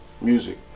music